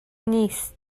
نیست